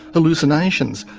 hallucinations,